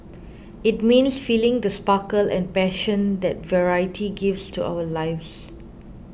it means feeling the sparkle and passion that variety gives to our lives